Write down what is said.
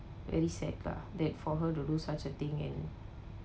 very sad that for her to do such a thing and